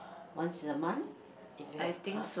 once in a month if you have car